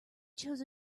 chose